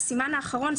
והסימן האחרון,